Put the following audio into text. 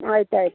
ಆಯ್ತು ಆಯಿತು